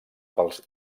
pels